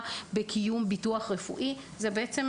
בקיום ביטוח רפואי מצד מקבל השירות.